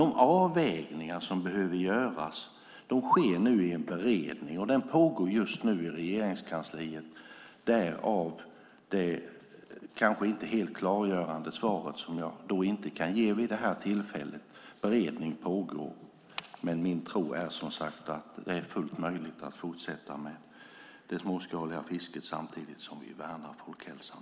De avvägningar som behöver göras sker i en beredning som just nu pågår i Regeringskansliet - därav det kanske inte helt klargörande svaret; ett sådant kan jag vid det här tillfället inte ge eftersom beredning pågår. Men min tro är, som sagt, att det är fullt möjligt att fortsätta med det småskaliga fisket samtidigt som vi värnar folkhälsan.